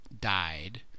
died